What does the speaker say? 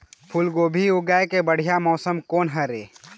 फूलगोभी उगाए के बढ़िया मौसम कोन हर ये?